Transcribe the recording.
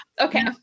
Okay